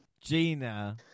Gina